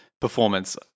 performance